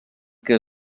que